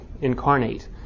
incarnate